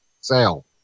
sale